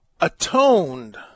atoned